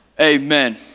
Amen